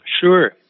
Sure